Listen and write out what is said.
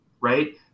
right